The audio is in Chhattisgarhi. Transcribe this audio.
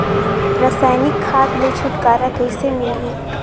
रसायनिक खाद ले छुटकारा कइसे मिलही?